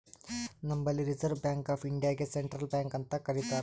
ನಂಬಲ್ಲಿ Reserve Bank of ಇಂಡಿಯಾಗೆ central bank ಅಂತ್ ಕರಿತಾರ್